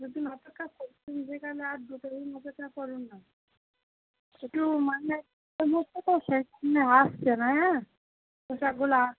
দুদিন অপেক্ষা আর দুটো দিন অপেক্ষা করুন না একটু তো সেই জন্যে আসছে না হ্যাঁ তো পোশাকগুলো আস